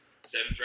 Seven